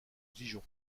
dijon